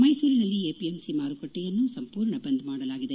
ಮೈಸೂರಿನಲ್ಲಿ ಎಪಿಎಂಸಿ ಮಾರುಕಟ್ಟೆಯನ್ನು ಸಂಪೂರ್ಣ ಬಂದ್ ಮಾಡಲಾಗಿದೆ